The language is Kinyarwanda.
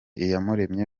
iyamuremye